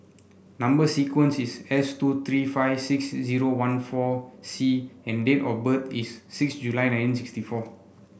number sequence is S two three five six zero one four C and date of birth is six July nineteen sixty four